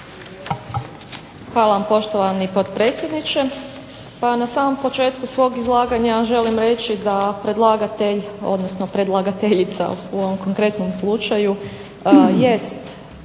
Hvala vam poštovani potpredsjedniče. Pa na samom početku svog izlaganja želim reći da predlagatelj, odnosno predlagateljica u ovom konkretnom slučaju jest